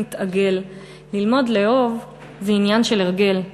נתעגל / ללמוד לאהוב / זה עניין של הרגל //